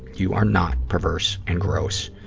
you are not perverse and gross.